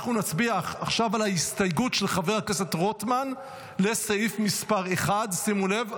אנחנו נצביע עכשיו על ההסתייגות של חבר הכנסת רוטמן לסעיף 1. שימו לב,